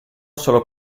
solo